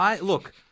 Look